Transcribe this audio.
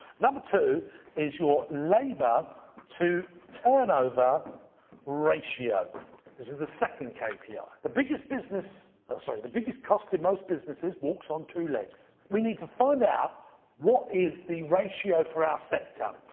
number two is your labor to turnover ratio. this is the second kpi. ah the biggest business sorry, the biggest cost in most businesses walks on two legs. we need to find out what is the ratio for our sector.